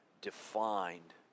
defined